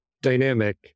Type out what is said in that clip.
dynamic